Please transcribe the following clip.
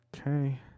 okay